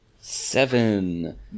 Seven